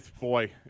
boy